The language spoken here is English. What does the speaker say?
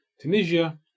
Tunisia